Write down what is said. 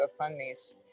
GoFundMes